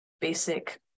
basic